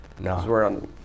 No